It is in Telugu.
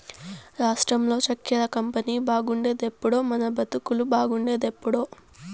రాష్ట్రంలో చక్కెర కంపెనీ బాగుపడేదెప్పుడో మన బతుకులు బాగుండేదెప్పుడో